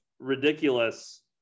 Ridiculous